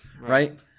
Right